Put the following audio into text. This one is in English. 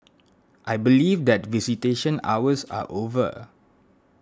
I believe that visitation hours are over